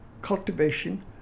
cultivation